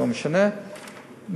לא משנה,